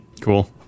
Cool